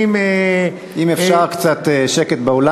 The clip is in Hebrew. אם אפשר קצת שקט באולם.